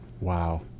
Wow